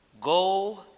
Go